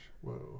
Whoa